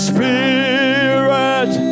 Spirit